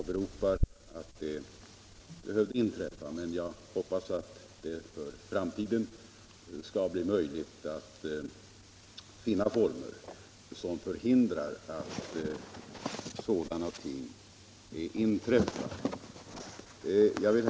Fru talman! Det är ungefär ett år sedan som herr Sjöholm och jag hade tillfälle att diskutera den här frågan. Lika väl som då vill jag gärna säga att jag beklagar att det fall som herr Sjöholm åberopar behövde inträffa, men jag hoppas att det för framtiden skall bli möjligt att finna former som förhindrar sådana ting.